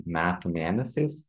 metų mėnesiais